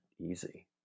easy